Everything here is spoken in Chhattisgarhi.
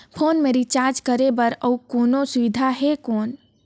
फोन मे रिचार्ज करे बर और कोनो सुविधा है कौन?